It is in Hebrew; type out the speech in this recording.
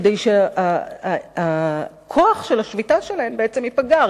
כדי שהכוח של השביתה שלהן ייפגע.